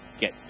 Get